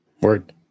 Word